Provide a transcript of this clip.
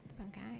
okay